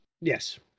Yes